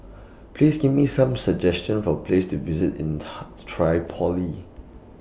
Please Give Me Some suggestions For Places to visit in Tripoli